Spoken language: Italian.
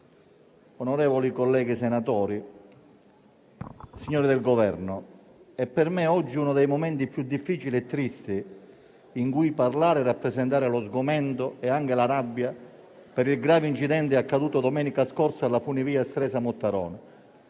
onorevoli colleghi senatori, signori del Governo, è per me oggi uno dei momenti più difficili e tristi in cui parlare e rappresentare lo sgomento e la rabbia per il grave incidente accaduto domenica scorsa alla funivia Stresa-Mottarone,